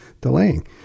delaying